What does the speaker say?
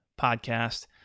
podcast